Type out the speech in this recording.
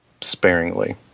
sparingly